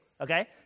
okay